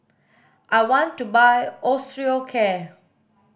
I want to buy Osteocare